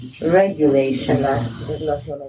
regulations